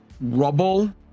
rubble